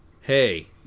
hey